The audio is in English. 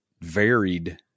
varied